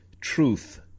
truth